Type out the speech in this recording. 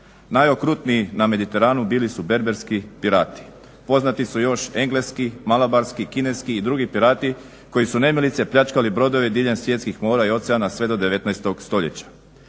Najokrutniji na Mediteranu bili su berberski pirati. Poznati su još engleski, malabarski, kineski i drugi pirati koji su nemilice pljačkali brodove diljem svjetskih mora i oceana sve do 19 stoljeća.